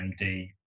MD